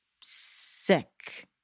Sick